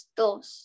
dos